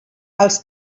els